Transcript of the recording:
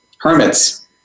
hermits